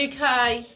UK